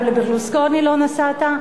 גם לברלוסקוני לא נסעת?